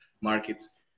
markets